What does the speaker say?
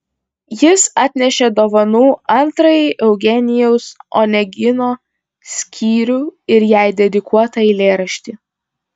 jis atnešė dovanų antrąjį eugenijaus onegino skyrių ir jai dedikuotą eilėraštį